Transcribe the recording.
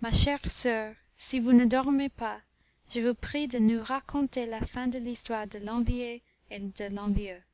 ma chère soeur si vous ne dormez pas je vous prie de nous raconter la fin de l'histoire de l'envié et de l'envieux